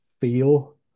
feel